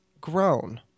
grown